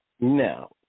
now